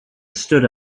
stood